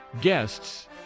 Guests